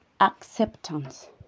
acceptance